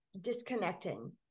disconnecting